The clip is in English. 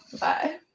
Bye